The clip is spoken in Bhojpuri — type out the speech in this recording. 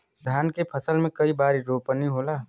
धान के फसल मे कई बार रोपनी होला?